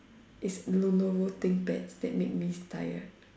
it's Lenovo thing that makes me tired